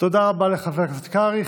תודה רבה לחבר הכנסת קרעי.